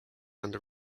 under